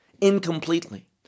incompletely